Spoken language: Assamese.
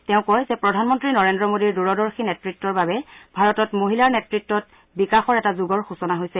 তেওঁ কয় যে প্ৰধানমন্ত্ৰী নৰেন্দ্ৰ মোদীৰ দূৰদৰ্শী নেত়ত্বৰ বাবে ভাৰতত মহিলাৰ নেতৃত্বত বিকাশৰ এটা যুগৰ সূচনা হৈছে